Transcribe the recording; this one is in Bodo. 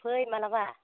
फै मालाबा